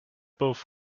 both